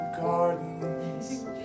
gardens